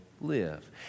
live